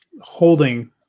holding